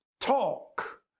talk